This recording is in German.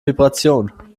vibration